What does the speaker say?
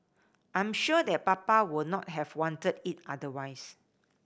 I'm sure that Papa would not have wanted it otherwise